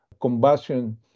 combustion